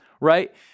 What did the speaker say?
right